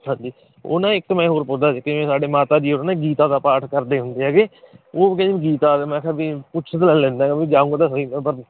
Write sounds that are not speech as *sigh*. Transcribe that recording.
ਹਾਂਜੀ ਉਹ ਨਾ ਇੱਕ ਮੈਂ ਹੋਰ ਪੁੱਛਦਾ ਸੀ ਕਿਵੇਂ ਸਾਡੇ ਮਾਤਾ ਜੀ ਹੋਰਾਂ ਨੇ ਗੀਤਾ ਦਾ ਪਾਠ ਕਰਦੇ ਹੁੰਦੇ ਹੈਗੇ ਉਹ ਕਹਿੰਦੇ ਗੀਤਾ ਦਾ ਮੈਂ ਕਿਹਾ ਬੀ ਪੁੱਛ ਤਾਂ ਲੈਂਦਾ ਬੀ ਜਾਊਗਾ ਤਾਂ ਸਹੀ *unintelligible*